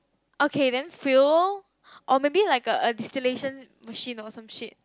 okay then failed or maybe like a distillation machine or some ship